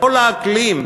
כל האקלים,